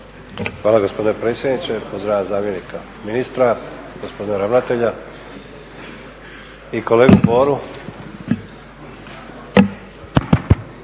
Hvala gospodine predsjedniče. Pozdravljam zamjenika ministra, gospodina ravnatelja i kolegu Boru.